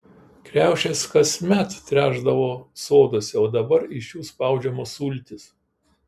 kriaušės kasmet trešdavo soduose o dabar iš jų spaudžiamos sultys